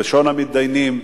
ראשון המתדיינים,